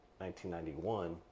1991